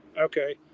Okay